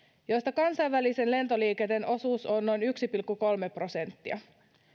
joista kansainvälisen lentoliikenteen osuus on noin yksi pilkku kolme prosenttia